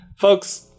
Folks